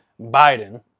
Biden